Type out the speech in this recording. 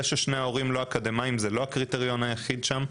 ששני ההורים אינם אקדמאיים זה לא הקריטריון היחיד שם,